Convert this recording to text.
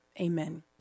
Amen